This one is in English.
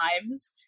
times